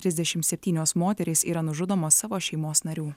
trisdešimt septynios moterys yra nužudomos savo šeimos narių